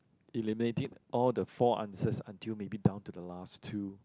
eliminating all the four answers until maybe down to the last two